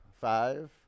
Five